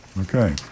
Okay